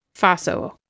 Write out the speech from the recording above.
Faso